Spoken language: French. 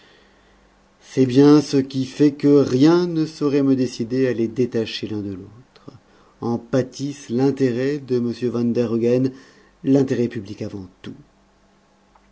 c'est bien ce qui fait que rien ne saurait me décider à les détacher l'un de l'autre en pâtisse l'intérêt de m van der hogen l'intérêt public avant tout